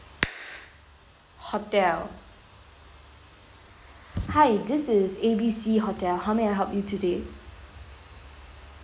hotel hi this is A_B_C hotel how may I help you today